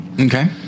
Okay